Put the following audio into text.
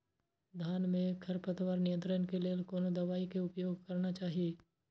धान में खरपतवार नियंत्रण के लेल कोनो दवाई के उपयोग करना चाही?